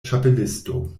ĉapelisto